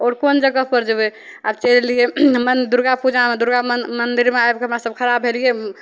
आओर कोन जगहपर जएबै आब चलि गेलिए माने दुरगा पूजामे दुरगामे मन्दिरमे आबिके हमरासभ खड़ा भेलिए